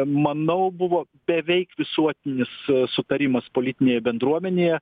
manau buvo beveik visuotinis sutarimas politinėje bendruomenėje